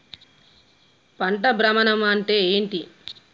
పంట భ్రమణం అంటే ఏంటి?